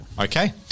Okay